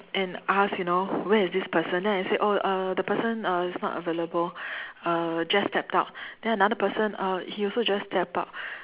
and asked you know where is this person then I said oh uh that person uh is not available uh just stepped out then another person uh he also just stepped out